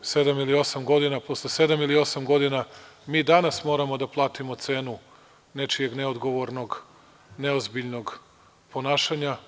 Dakle, posle sedam ili osam godina mi danas moramo da platimo cenu nečijeg neodgovornog, neozbiljnog ponašanja.